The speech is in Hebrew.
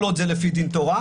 כל עוד זה לפי דין תורה,